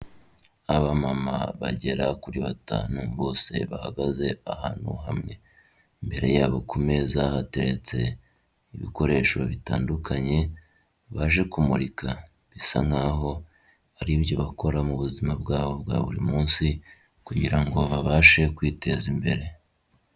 Abamama bagera kuri batanu bose bahagaze ahantu hamwe. Imbere yabo ku meza hateretse ibikoresho bitandukanye baje kumurika, bisa nk'aho ari ibyo bakora mu buzima bwabo bwa burimunsi kugira ngo babashe kwiteza imbere.